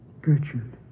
Gertrude